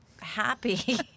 happy